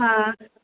हँ